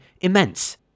immense